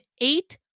eight